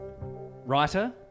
Writer